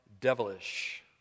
devilish